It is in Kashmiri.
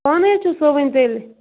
پانَے حظ چھُ سُوٕنۍ تیٚلہِ